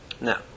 Now